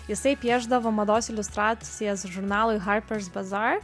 jisai piešdavo mados iliustracijas žurnalui harpers bazaar